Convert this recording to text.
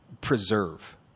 preserve